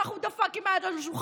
ככה, הוא דפק עם היד על השולחן.